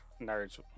nerds